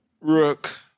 Rook